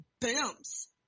booms